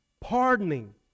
pardoning